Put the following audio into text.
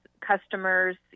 customers